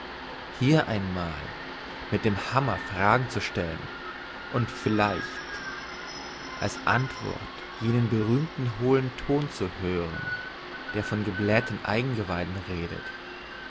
hier einmal mit dem hammer fragen stellen und vielleicht als antwort jenen berühmten hohlen ton hören der von geblähten eingeweiden redet